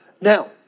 Now